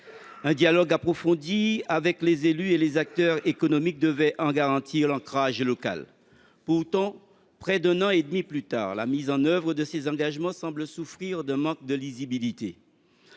Un dialogue approfondi avec les élus et les acteurs économiques devait en garantir l’ancrage local. Près d’un an et demi plus tard, la mise en œuvre de ces engagements semble pourtant souffrir d’un manque de lisibilité.